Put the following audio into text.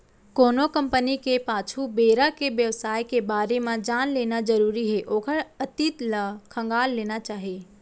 कोनो कंपनी के पाछू बेरा के बेवसाय के बारे म जान लेना जरुरी हे ओखर अतीत ल खंगाल लेना चाही